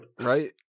Right